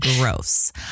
Gross